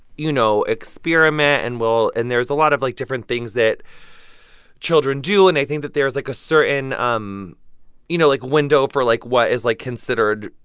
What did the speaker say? you know, experiment and will and there's a lot of, like, different things that children do. and i think that there's, like, a certain, um you know, like, window for, like, what is, like, considered,